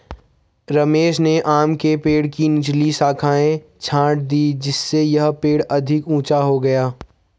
रमेश ने आम के पेड़ की निचली शाखाएं छाँट दीं जिससे यह पेड़ अधिक ऊंचा हो जाएगा